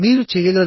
మీరు చెయ్యగలరు